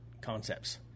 concepts